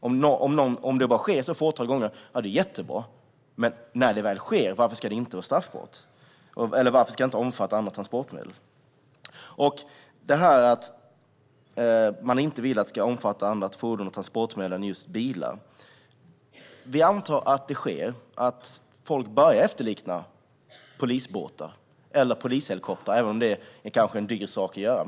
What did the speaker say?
Om det bara sker ett fåtal gånger är det jättebra, men varför ska det inte vara straffbart när det väl sker? Och varför ska det inte omfatta andra transportmedel? Man vill inte att lagen ska omfatta andra fordon och transportmedel än just bilar. Vi kan då anta att folk börjar göra så att fordon liknar polisbåtar eller polishelikoptrar, även om det kanske är en dyr sak att göra.